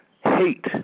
hate